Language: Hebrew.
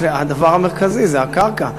הדבר המרכזי זאת הקרקע,